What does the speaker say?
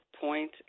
point